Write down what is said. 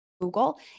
Google